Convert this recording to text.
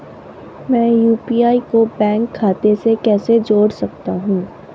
मैं यू.पी.आई को बैंक खाते से कैसे जोड़ सकता हूँ?